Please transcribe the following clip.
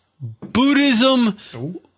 Buddhism